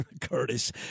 Curtis